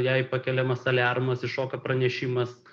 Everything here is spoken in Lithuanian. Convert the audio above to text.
jai pakeliamas aliarmas iššoka pranešimas